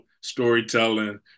storytelling